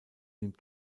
nimmt